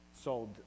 sold